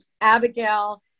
Abigail